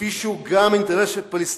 כפי שהוא גם אינטרס פלסטיני,